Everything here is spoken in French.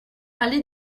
allée